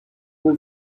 who